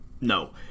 No